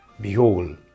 Behold